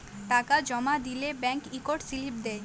টাকা জমা দিলে ব্যাংক ইকট সিলিপ দেই